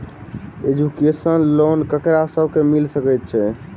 Education loan ककरा सब केँ मिल सकैत छै?